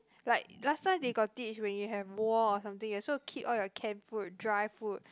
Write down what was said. like last time they got teach when you have war or something you are supposed to keep all your can food dry food